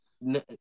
No